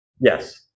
Yes